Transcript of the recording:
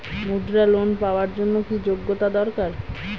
মুদ্রা লোন পাওয়ার জন্য কি যোগ্যতা দরকার?